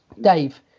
dave